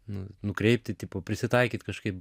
nu nukreipti tipo prisitaikyt kažkaip